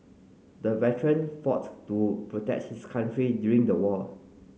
the veteran fought to protect his country during the war